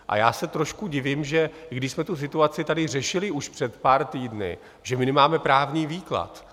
A já se trošku divím, že když jsme tu situaci tady řešili už před pár týdny, že nemáme právní výklad.